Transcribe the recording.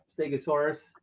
Stegosaurus